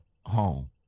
home